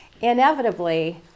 Inevitably